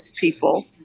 people